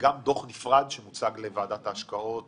דוח נפרד שמוצג לוועדת ההשקעות